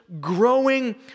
growing